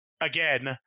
again